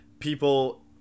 people